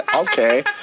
Okay